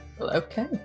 Okay